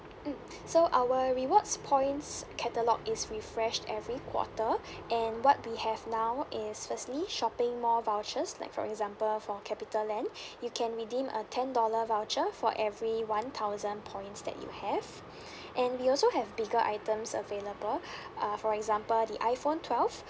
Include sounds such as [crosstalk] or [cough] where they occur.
mm [breath] so our rewards points catalogue is refreshed every quarter [breath] and what we have now is firstly shopping mall vouchers like for example for CapitaLand [breath] you can redeem a ten dollar voucher for every one thousand points that you have [breath] and we also have bigger items available [breath] uh for example the iPhone twelve